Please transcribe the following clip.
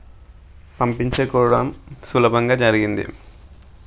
పంపించే కోవడం సులభంగా జరిగింది